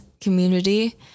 community